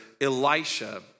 Elisha